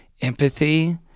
empathy